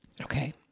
Okay